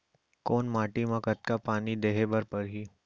कोन माटी म कतका पानी देहे बर परहि?